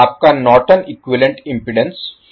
आपका Norton equivalent impedance 5 ohm है